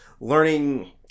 learning